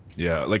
yeah. like